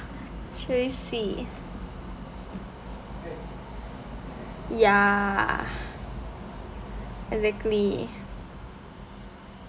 very sweet ya exactly